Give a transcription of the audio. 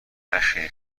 نشنیدی